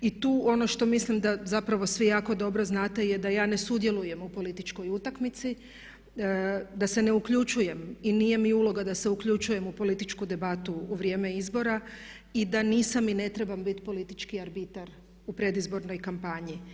I tu ono što mislim da zapravo svi jako dobro znate je da ja ne sudjelujem u političkoj utakmici, da se ne uključujem i nije mi uloga da se uključujem u političku debatu u vrijeme izbora i da nisam i ne trebam biti politički arbitar u predizbornoj kampanji.